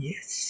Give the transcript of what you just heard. Yes